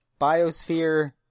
biosphere